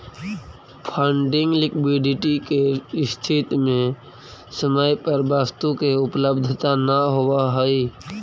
funding liquidity के स्थिति में समय पर वस्तु के उपलब्धता न होवऽ हई